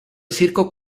circo